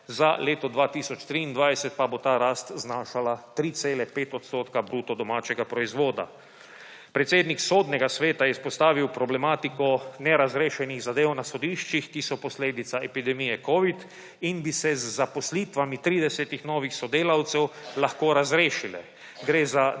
za leto 2023 pa bo ta rast znašala 3,5 odstotka bruto domačega proizvoda. Predsednik Sodnega sveta je izpostavil problematiko nerazrešenih zadev na sodiščih, ki so posledica epidemije covid in bi se z zaposlitvami 30 novih sodelavcev lahko razrešile. Gre za